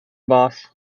boss